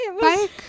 bike